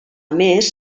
més